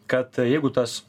kad jeigu tas